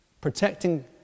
Protecting